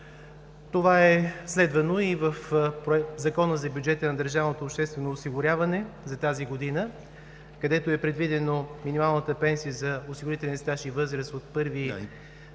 Това е следвано и в Закона за бюджета на държавното обществено осигуряване за тази година, където е предвидено минималната пенсия за осигурителен стаж и възраст от 1 януари